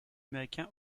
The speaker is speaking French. américain